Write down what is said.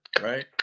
right